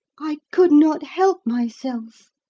i could not help myself.